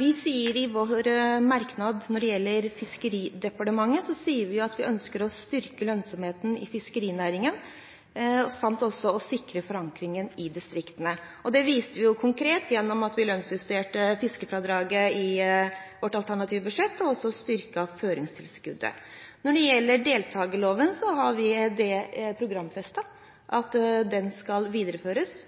vi sier i vår merknad når det gjelder Fiskeridepartementet: Vi «ønsker å styrke lønnsomheten i fiskerinæringen, og sikre en fiskerinæring med forankring i distriktene». Dette viste vi konkret ved at vi i vårt alternative budsjett lønnsjusterte fiskerfradraget og styrket føringstilskuddet. Når det gjelder deltakerloven, har vi programfestet at den skal videreføres.